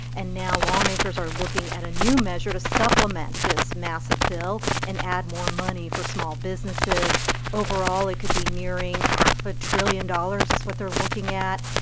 and now lawmakers are looking at a new measure to supplement this massive bill and add more money for small businesses overall, it could be nearing half a trillion dollars is what they're looking at.